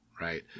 Right